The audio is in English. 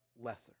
lesser